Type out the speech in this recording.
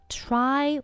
try